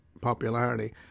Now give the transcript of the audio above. popularity